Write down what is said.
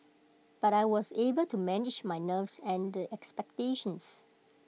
but I was able to manage my nerves and the expectations